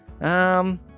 Um